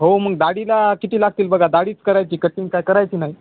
हो मग दाढीला किती लागतील बगा दाढीच करायची कटिंग काय करायची नाही